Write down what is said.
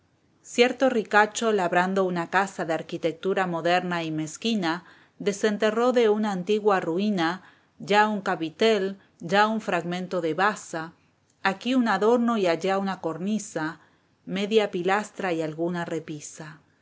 cierto ricacho labrando una casa de arquitectura moderna y mezquina desenterró de una antigua ruína ya un capitel ya un fragmento de basa aquí un adorno y allá una cornisa media pilastra y alguna repisa oyó